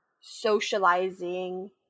socializing